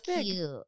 cute